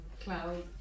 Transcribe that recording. cloud